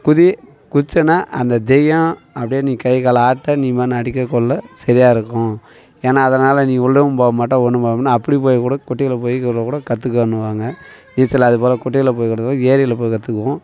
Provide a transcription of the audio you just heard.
குதி குதிச்சேன்னா அந்த தைரியம் அப்படே நீ கையை காலை ஆட்ட நீ பாட்டுனு அடிக்கக்கொள்ள சரியா இருக்கும் ஏன்னா அதனால் நீ உள்ளேவும் போகமாட்ட ஒன்றும் போமாட்ட அப்படி போய்க்கூட குட்டையில போய் கூட கத்துக்கன்னுவாங்க நீச்சல் அதுபோல் குட்டையில போய்கூட ஏரியில போய் கற்றுக்குவோம்